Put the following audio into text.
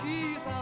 Jesus